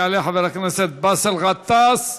יעלה חבר הכנסת באסל גטאס,